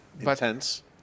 Intense